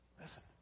Listen